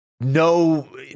no